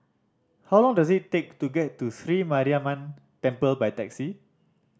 how long does it take to get to Sri Mariamman Temple by taxi